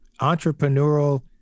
entrepreneurial